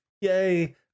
yay